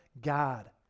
God